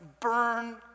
burn